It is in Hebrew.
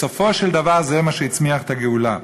בסופו של דבר זה מה שהצמיח את הגאולה.